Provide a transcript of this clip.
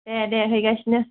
ए दे हैगासिनो